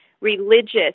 religious